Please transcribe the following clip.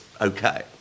okay